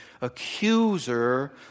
accuser